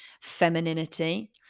femininity